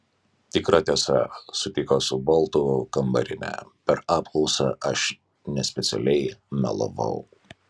tikra tiesa sutiko su boltu kambarinė per apklausą aš nespecialiai melavau